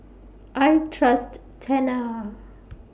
I Trust Tena